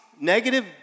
negative